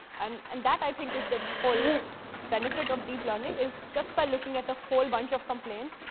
um and that, i think, is the whole benefit of deep learning is just by looking at a whole bunch of complaints,